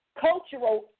cultural